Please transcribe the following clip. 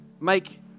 make